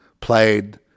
played